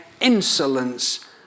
insolence